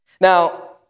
Now